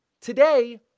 Today